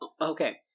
Okay